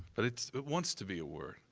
but it wants to be a word.